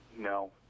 No